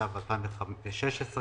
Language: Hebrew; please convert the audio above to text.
התשע"ו 2016,